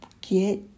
Get